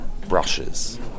Brushes